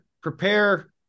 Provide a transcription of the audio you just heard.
prepare